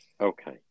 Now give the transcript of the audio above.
Okay